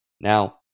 Now